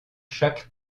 chaque